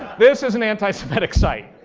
this is an anti-semitic site.